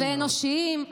גם אנושיים.